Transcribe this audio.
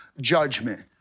judgment